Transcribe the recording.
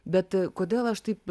bet kodėl aš taip